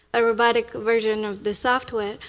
a robotic version of the software,